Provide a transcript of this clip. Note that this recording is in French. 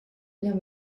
bien